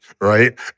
right